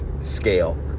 scale